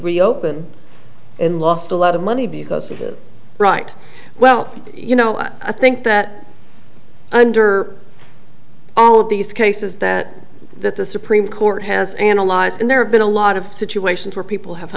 reopen and lost a lot of money because of his right well you know i think that under all of these cases that that the supreme court has analyzed and there have been a lot of situations where people have